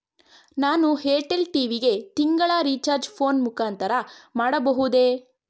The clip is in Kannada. ನಾನು ಏರ್ಟೆಲ್ ಟಿ.ವಿ ಗೆ ತಿಂಗಳ ರಿಚಾರ್ಜ್ ಫೋನ್ ಮುಖಾಂತರ ಮಾಡಬಹುದೇ?